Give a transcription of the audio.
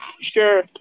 Sure